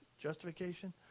justification